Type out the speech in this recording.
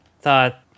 thought